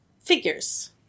figures